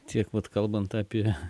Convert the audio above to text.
tiek vat kalbant apie